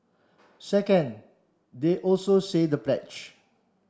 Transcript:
second they also say the pledge